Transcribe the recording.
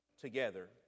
together